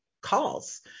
calls